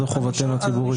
זו חובתנו הציבורית.